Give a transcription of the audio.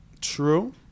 True